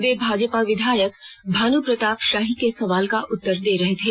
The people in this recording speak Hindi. वे भाजपा विधायक भानू प्रताप शाही के सवाल का उत्तर दे रहे थे